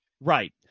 Right